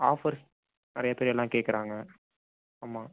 offers நிறைய பேர் எல்லாம் கேக்கிறாங்க ஆமாம்